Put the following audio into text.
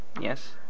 Yes